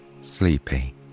sleepy